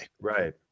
Right